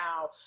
now